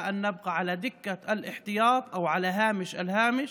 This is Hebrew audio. איך נתקדם איתו כדי להשיג את המטרה הפוליטית המרכזית אשר רצינו